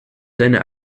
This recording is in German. seine